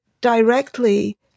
directly